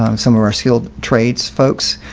um some of our skilled trades folks.